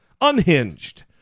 unhinged